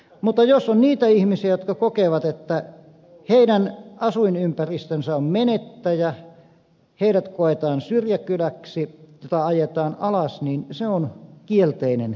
mutta jos on niitä ihmisiä jotka kokevat että heidän asuinympäristönsä on menettäjä se koetaan syrjäkyläksi jota ajetaan alas niin se on kielteinen kehitys